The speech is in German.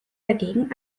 dagegen